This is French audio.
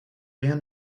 rien